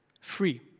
free